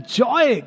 joy